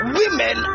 women